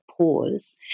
pause